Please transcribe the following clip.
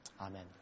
amen